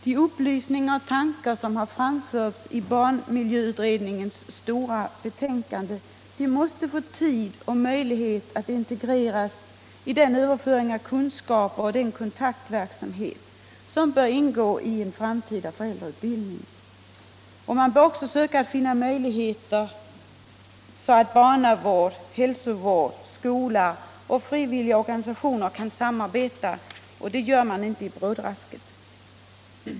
De upplysningar och tankar som har framförts i barnmiljöutredningens stora betänkande måste få tid och möjlighet att integreras i den överföring av kunskaper och den kontaktverksamhet som bör ingå i en framtida föräldrautbildning. Man bör också söka finna möjligheter så att barnavård, hälsovård, skola och frivilliga organisationer kan samarbeta, och det gör man inte i brådrasket.